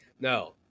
No